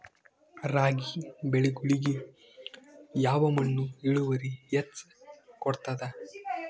ರಾಗಿ ಬೆಳಿಗೊಳಿಗಿ ಯಾವ ಮಣ್ಣು ಇಳುವರಿ ಹೆಚ್ ಕೊಡ್ತದ?